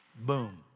Boom